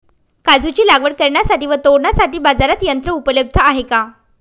काजूची लागवड करण्यासाठी व तोडण्यासाठी बाजारात यंत्र उपलब्ध आहे का?